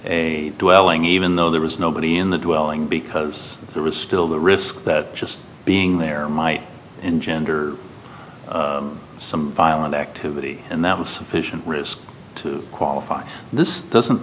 a dwelling even though there was nobody in the dwelling because there was still the risk that just being there might engender some violent activity and that was sufficient risk to qualify this doesn't